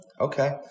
Okay